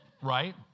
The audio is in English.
right